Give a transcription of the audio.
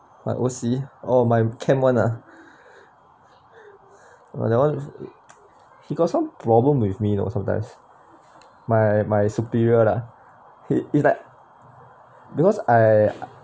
my O_C orh my camp one ah !wah! that one he got some problem with me you know sometimes my my superior lah he is like because I